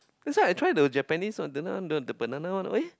that's why I try to Japanese one the na~ the banana one oh eh